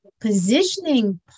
positioning